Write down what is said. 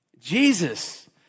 Jesus